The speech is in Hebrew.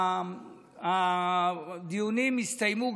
הדיונים יסתיימו,